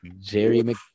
Jerry